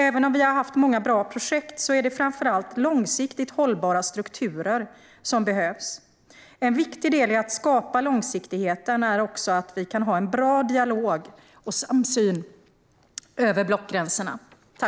Även om vi har haft många bra projekt är det framför allt långsiktigt hållbara strukturer som behövs. En viktig del i att skapa långsiktighet är också att vi kan ha en bra dialog och samsyn över blockgränserna.